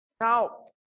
Now